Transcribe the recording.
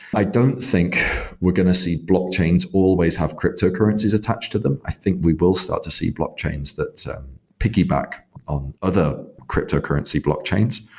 i don't think we're going to see blockchains always have cryptocurrencies attached to them. i think we both start to see blockchains that's piggyback on other cryptocurrency blockchains.